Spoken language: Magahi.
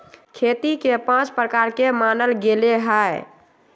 खेती के पाँच प्रकार के मानल गैले है